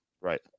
right